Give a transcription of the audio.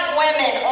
women